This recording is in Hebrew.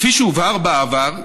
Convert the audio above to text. כפי שהובהר בעבר,